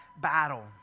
battle